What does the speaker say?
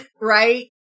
right